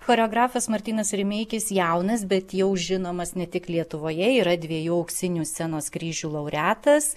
choreografas martynas rimeikis jaunas bet jau žinomas ne tik lietuvoje yra dviejų auksinių scenos kryžių laureatas